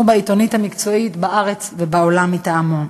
בעיתונות המקצועית בארץ ובעולם מטעמו.